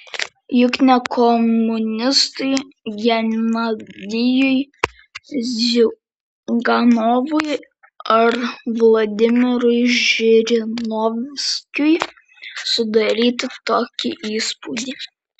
juk ne komunistui genadijui ziuganovui ar vladimirui žirinovskiui sudaryti tokį įspūdį